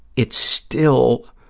it's still,